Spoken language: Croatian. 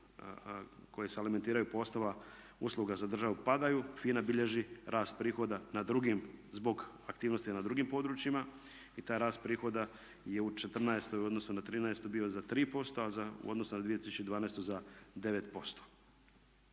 koji se alimentiraju po osnovama usluga za državu padaju FINA bilježi rast prihoda na drugim zbog aktivnosti na drugim područjima i taj rast prihoda je u '14. u odnosu na '13. bio za 3%, a u odnosu na 2012. za 9%.